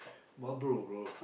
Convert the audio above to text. Marlboro bro